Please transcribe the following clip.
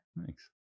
Thanks